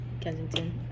Kensington